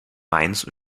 mainz